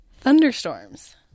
Thunderstorms